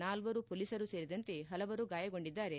ನಾಲ್ವರು ಪೊಲೀಸರು ಸೇರಿದಂತೆ ಹಲವರು ಗಾಯಗೊಂಡಿದ್ದಾರೆ